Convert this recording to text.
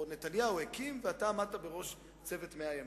או נתניהו הקים ואתה עמדת בראש צוות 100 הימים.